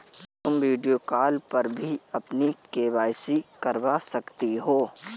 तुम video call पर भी अपनी के.वाई.सी करवा सकती हो